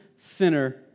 sinner